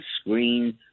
screen